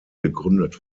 gegründet